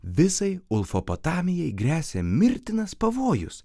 visai ulfopatamijai gresia mirtinas pavojus